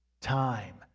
time